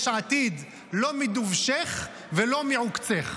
יש עתיד: לא מדובשך ולא מעוקצך.